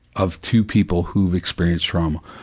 of two people who've experienced trauma,